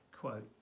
quote